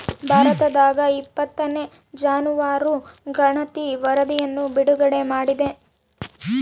ಭಾರತದಾಗಇಪ್ಪತ್ತನೇ ಜಾನುವಾರು ಗಣತಿ ವರಧಿಯನ್ನು ಬಿಡುಗಡೆ ಮಾಡಿದೆ